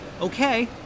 okay